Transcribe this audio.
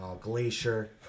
Glacier